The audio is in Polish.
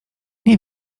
nie